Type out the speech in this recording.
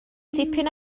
tipyn